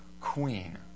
queen